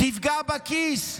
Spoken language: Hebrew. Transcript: תפגע בכיס.